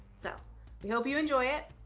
so we hope you enjoy it.